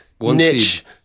niche